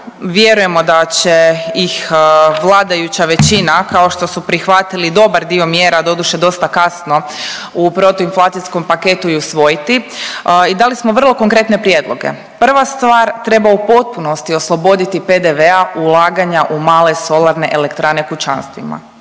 vjerujemo da će ih vladajuća većina kao što su prihvatili dobar dio mjera, doduše dosta kasno, u protuinflacijskom paketu i usvojiti i dali smo vrlo konkretne prijedloge. Prva stvar, treba u potpunosti osloboditi PDV-a ulaganja u male solarne elektrane kućanstvima,